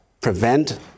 prevent